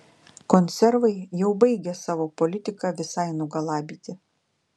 konservai jau baigia savo politika visai nugalabyti